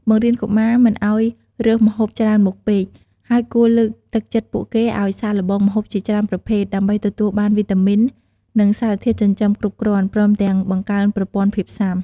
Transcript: បង្រៀនកុមារមិនឲ្យរើសម្ហូបច្រើនមុខពេក ហើយគួរលើកទឹកចិត្តពួកគេឲ្យសាកល្បងម្ហូបជាច្រើនប្រភេទ ដើម្បីទទួលបានវីតាមីន និងសារធាតុចិញ្ចឹមគ្រប់គ្រាន់ ព្រមទាំងបង្កើនប្រព័ន្ធភាពស៊ាំ។